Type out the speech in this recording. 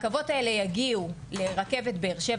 הרכבות האלה יגיעו לתחנת הרכבת באר שבע